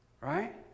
Right